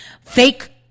fake